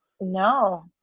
No